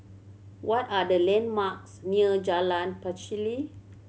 what are the landmarks near Jalan Pacheli